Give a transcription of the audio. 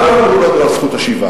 מה לא אמרו לנו על זכות השיבה.